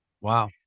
wow